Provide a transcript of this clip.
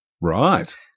Right